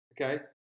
okay